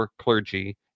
clergy